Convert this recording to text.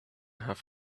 have